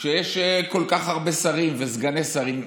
כשיש כל כך הרבה שרים וסגני שרים.